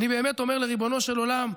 אני באמת אומר לריבונו של עולם,